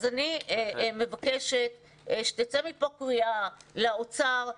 אני מבקשת שתצא מפה קריאה לאוצר,